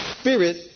spirit